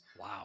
Wow